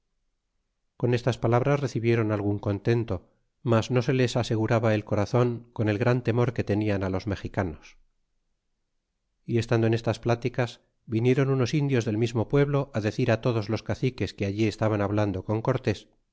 con estas palabras redbieron algun contento mas no se les aseguraba el corazon con el gran temor que tenian los alexicanos y estando en estas pláticas vinieron unos indios del mismo pueblo decir todos los caciques que allí estaban hablando con cortes